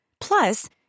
Plus